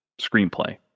screenplay